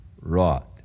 wrought